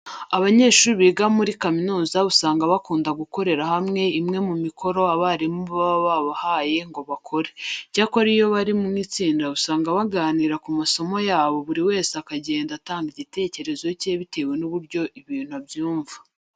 Abanyeshuri biga muri kaminuza usanga bakunda gukorera hamwe imwe mu mikoro abarimu babo baba babahaye ngo bakore. Icyakora iyo bari mu itsinda usanga baganira ku masomo yabo buri wese akagenda atanga igitekerezo cye bitewe n'uburyo ibintu abyumva.